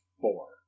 four